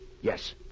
Yes